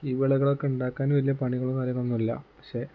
ഈ വിളകളൊക്കെ ഉണ്ടാക്കാനും വലിയ പണികളും കാര്യങ്ങളൊന്നും ഇല്ല പക്ഷെ